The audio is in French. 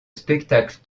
spectacle